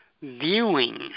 viewing